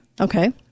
Okay